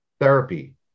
therapy